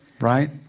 right